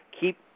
keep